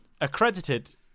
Accredited